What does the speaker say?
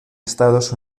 estados